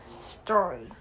story